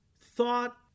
thought